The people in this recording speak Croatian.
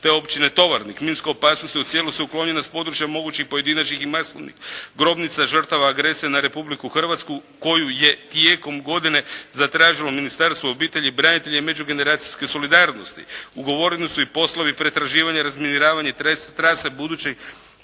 te općine Tovarnika. Minska opasnost u cijelosti je uklonjena s područja mogućih pojedinačnih i masovnih grobnica žrtava agresije na Republiku Hrvatsku koju je tijekom godine zatražilo Ministarstvo obitelji, branitelja i međugeneracijske solidarnosti. Ugovoreni su i poslovi pretraživanja, razminiravanja trase budućih